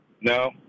No